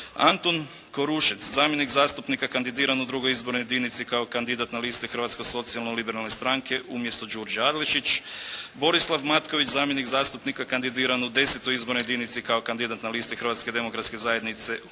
Antun Korušec zamjenik zastupnika kandidiran u II. izbornoj jedinici kao kandidat na listi Hrvatsko socijalno-liberalne stranke umjesto Đurđe Adlešić, Borislav Matković zamjenik zastupnika kandidiran u X. izbornoj jedinici kao kandidat na listi Hrvatske demokratske zajednice